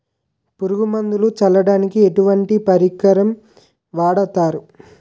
పురుగు మందులు చల్లడానికి ఎటువంటి పరికరం వాడతారు?